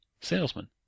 salesman